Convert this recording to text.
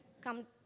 come